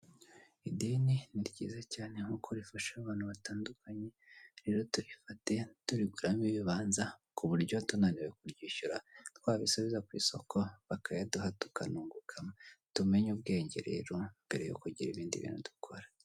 Ideni ni ryiza cyane nk'uko rifasha abantu batandukanye, rero turifate tubiguramo ibibanza ku buryo tunaniwe kuryishyura twabisubiza ku isoko bakayaduha tukanungukamo. Tumenye ubwenge rero mbere yo kugira ibindi bintu dukora.